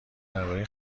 درباره